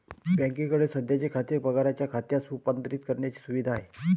बँकेकडे सध्याचे खाते पगाराच्या खात्यात रूपांतरित करण्याची सुविधा आहे